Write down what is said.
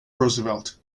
roosevelt